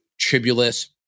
tribulus